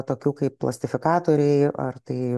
tokių kaip plastifikatoriai ar tai